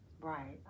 Right